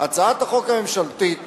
הצעת החוק הממשלתית